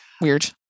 weird